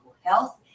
health